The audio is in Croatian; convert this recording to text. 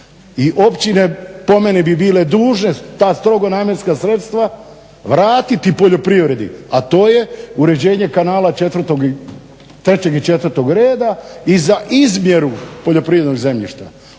meni, bi bile dužne ta strogo namjenska sredstva vratiti poljoprivredi, a to je uređenje kanala trećeg i četvrtog reda i za izmjeru poljoprivrednog zemljišta.